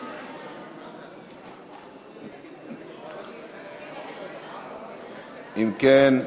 אם כן,